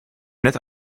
net